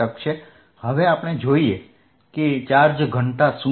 હવે આપણે જોઈએ કે ચાર્જ ઘનતા શું છે